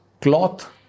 Cloth